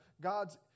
God's